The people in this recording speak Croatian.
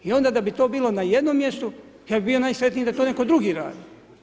I onda da bi to bilo na jednom mjestu, ja bih bio najsretniji da to netko drugi radi.